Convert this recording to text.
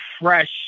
fresh